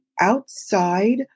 outside